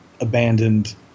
abandoned